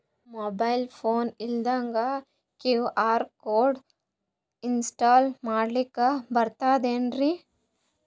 Mobile phone ಇಲ್ದಂಗ QR code install ಮಾಡ್ಲಕ ಬರ್ತದೇನ್ರಿ?